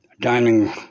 dining